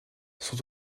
sont